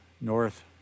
north